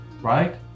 right